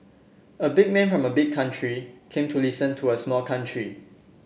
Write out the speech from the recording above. a big man from a big country came to listen to a small country